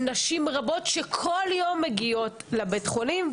בנשים רבות שכל יום מגיעות לבית החולים.